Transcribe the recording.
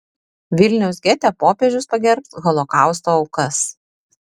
vilniaus gete popiežius pagerbs holokausto aukas